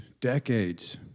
decades